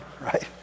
right